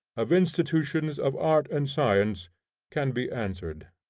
of institutions of art and science can be answered.